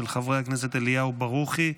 של חברי הכנסת אליהו ברוכי,